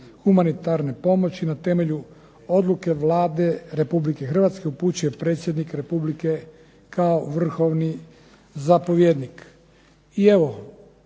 humanitarne pomoći na temelju odluke Vlade Republike Hrvatske upućuje Predsjednik Republike kao vrhovni zapovjednik. I evo,